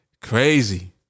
Crazy